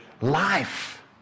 Life